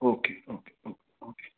okay okay O okay